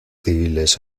civiles